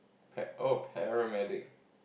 pet oh paramedic